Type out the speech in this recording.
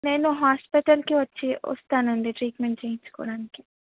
నేను హాస్పిటల్కి వచ్చి వస్తానండి ట్రీట్మెంట్ చేయించుకోడానికి